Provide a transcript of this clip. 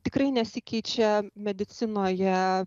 tikrai nesikeičia medicinoje